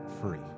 Free